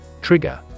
Trigger